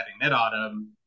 mid-autumn